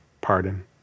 pardon